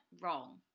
wrong